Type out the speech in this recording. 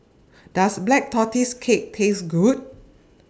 Does Black Tortoise Cake Taste Good